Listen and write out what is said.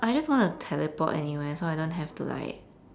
I just want to teleport anywhere so I don't have to like